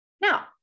Now